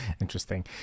Interesting